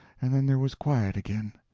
and then there was quiet again.